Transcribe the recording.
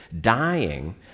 dying